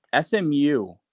SMU